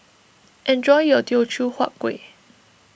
enjoy your Teochew Huat Kueh